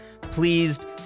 Pleased